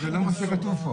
בתקלות.